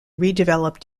redeveloped